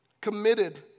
committed